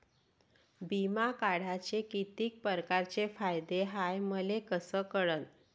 बिमा काढाचे कितीक परकारचे फायदे हाय मले कस कळन?